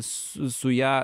su ja